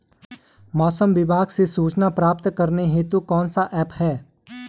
मौसम विभाग से सूचना प्राप्त करने हेतु कौन सा ऐप है?